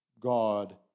God